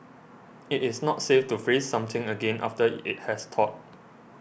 it is not safe to freeze something again after it has thawed